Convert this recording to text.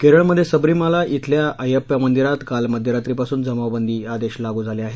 केरळमध्ये सबरीमाला धिल्या अय्यप्पा मंदिरात काल मध्यरात्रीपासून जमावबंदी आदेश लागू झाले आहेत